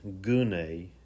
gune